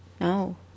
No